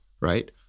right